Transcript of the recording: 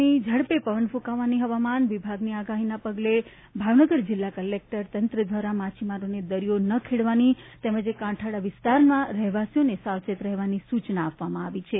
ની ઝડપે પવન ફૂંકાવાની હવામાન વિભાગની આગાહીના પગલે ભાવનગર જિલ્લા કલેકટર તંત્ર દ્વારા માછીમારોને દરિયો ન ખેડવાની તેમજ કાંઠાળા વિસ્તારના રહેવાસીઓને સાવચેત રહેવાની સૂચના આપવામાં આવી છે